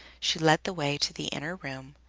she led the way to the inner room,